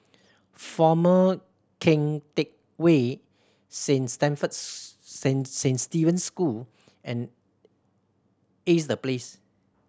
Former Keng Teck Whay Saint Stephen's San San Steven School and Ace The Place